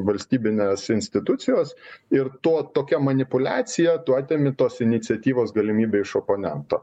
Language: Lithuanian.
valstybinės institucijos ir to tokia manipuliacija tu atimi tos iniciatyvos galimybę iš oponento